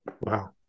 Wow